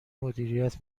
مدیریت